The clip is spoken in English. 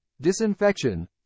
disinfection